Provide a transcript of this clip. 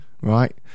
right